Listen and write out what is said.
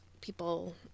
people